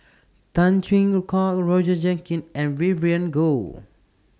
Tan Chwee Kok Roger Jenkins and Vivien Goh